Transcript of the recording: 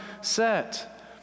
set